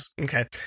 okay